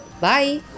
Bye